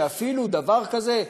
שאפילו דבר כזה,